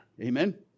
Amen